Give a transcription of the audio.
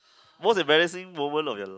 most embarrassing moment of your life